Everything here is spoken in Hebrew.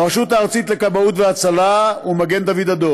הרשות הארצית לכבאות והצלה ומגן-דוד-אדום.